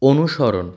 অনুসরণ